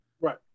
Right